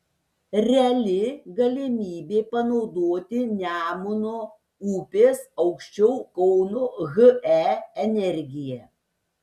reali galimybė panaudoti nemuno upės aukščiau kauno he energiją